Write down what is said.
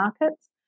markets